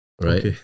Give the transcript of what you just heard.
Right